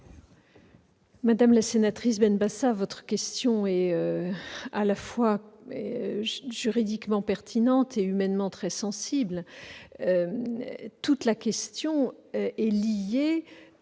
Madame la sénatrice, votre question est à la fois juridiquement pertinente et humainement très sensible. Elle est liée